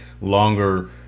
longer